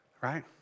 Right